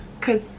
cause